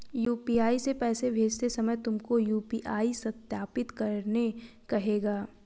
UPI से पैसे भेजते समय तुमको यू.पी.आई सत्यापित करने कहेगा